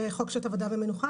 חוק שעות עבודה ומנוחה,